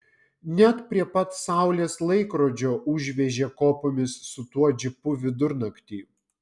net prie pat saulės laikrodžio užvežė kopomis su tuo džipu vidurnaktį